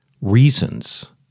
reasons